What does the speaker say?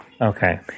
Okay